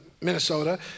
Minnesota